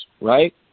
right